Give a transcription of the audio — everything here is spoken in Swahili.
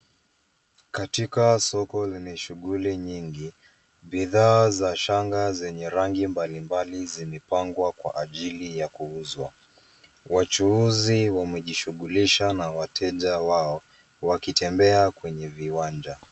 Katika soko lenye shuguli nyingi, bidhaa za shanga zenye rangi mbalimbali zimepangwa kwa ajili ya kuzwa, wachuuzi wamejishugulisha na wateja wao wakitembea kwenye viwanja.